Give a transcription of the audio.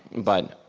but